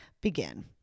begin